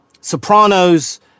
sopranos